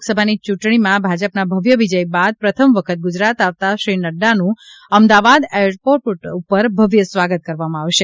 લોકસભાની ચૂંટણીમાં ભાજપના ભવ્ય વિજય બાદ પ્રથમ વખત ગુજરાત આવતા શ્રી નક્રાનું અમદાવાદ એરપોર્ટ ઉપર ભવ્ય સ્વાગત કરવામાં આવશે